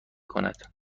کند